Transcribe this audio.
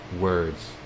words